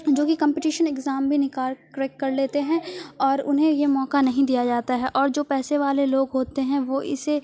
جو کہ competition exam بھی نکال کریک کر لیتے ہیں اور انہیں یہ موقع نہیں دیا جاتا ہے اور جو پیسے والے لوگ ہوتے ہیں وہ اسے